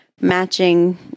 matching